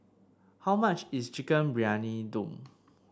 how much is Chicken Briyani Dum